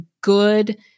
good